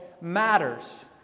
matters